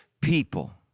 people